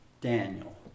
Daniel